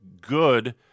good